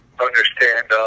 understand –